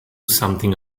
something